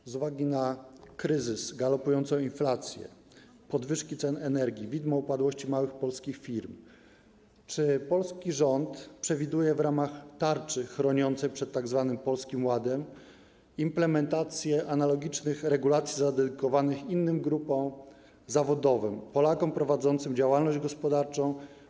Czy z uwagi na kryzys, galopującą inflację, podwyżki cen energii, widmo upadłości małych polskich firm polski rząd przewiduje w ramach tarczy chroniącej przed tzw. Polskim Ładem implementację analogicznych regulacji skierowanych do innych grup zawodowych, Polaków prowadzących działalność gospodarczą?